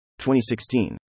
2016